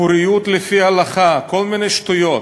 פוריות לפי ההלכה, כל מיני שטויות.